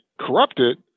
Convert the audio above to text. corrupted